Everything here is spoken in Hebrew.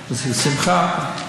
בשמחה.